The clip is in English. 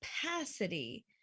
capacity